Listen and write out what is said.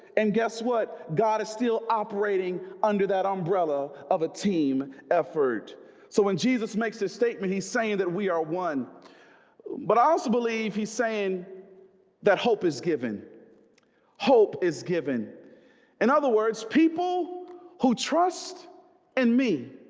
and guess what god is still operating under that umbrella of a team effort so when jesus makes the statement, he's saying that we are one but i also believe he's saying that hope is given hope is given in other words people who trust and me?